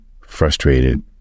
frustrated